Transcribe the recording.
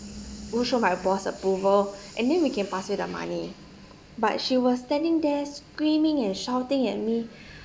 also my boss approval and then we can pass you the money but she was standing there screaming and shouting at me